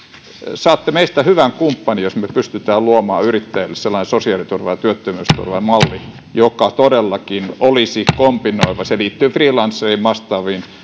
saatte meistä hyvän kumppanin jos me pystymme luomaan yrittäjille sellaisen sosiaaliturva ja työttömyysturvamallin joka todellakin olisi kombinoiva se liittyy freelancereihin ja vastaaviin